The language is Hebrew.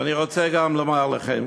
ואני רוצה גם לומר לכם,